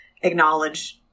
acknowledge